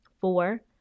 Four